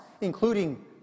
including